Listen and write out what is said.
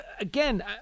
again